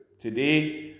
today